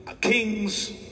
kings